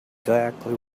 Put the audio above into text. exactly